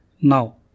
Now